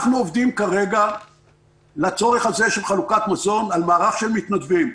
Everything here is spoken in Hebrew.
אנחנו עובדים כרגע לצורך הזה של חלוקת מזון על מערך של מתנדבים.